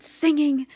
singing